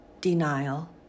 Denial